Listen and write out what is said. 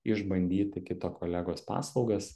išbandyti kito kolegos paslaugas